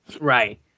Right